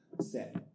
set